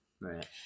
right